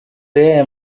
y’aya